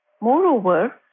Moreover